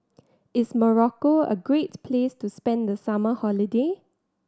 is Morocco a great place to spend the summer holiday